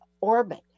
orbit